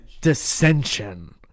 Dissension